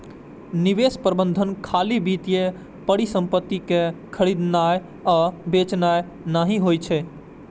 निवेश प्रबंधन खाली वित्तीय परिसंपत्ति कें खरीदनाय आ बेचनाय नहि होइ छै